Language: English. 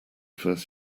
first